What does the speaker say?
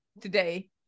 today